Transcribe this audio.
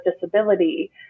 disability